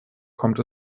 kommt